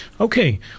Okay